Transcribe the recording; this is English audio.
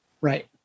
Right